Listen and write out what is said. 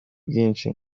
bwinshi